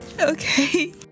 okay